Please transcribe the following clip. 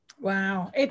Wow